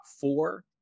four